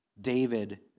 David